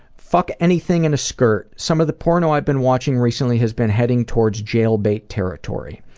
fuck anything in a skirt. some of the porno i've been watching recently has been heading towards jailbait territory.